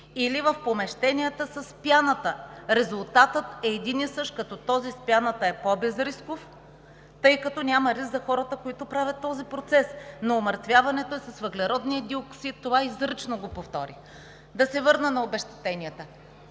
или в помещенията с пяната. Резултатът е един и същ, като този с пяната е по-безрисков, тъй като няма риск за хората, които извършват този процес. Но умъртвяването е с въглеродния диоксид – това изрично го повторих. Да се върна на обезщетенията.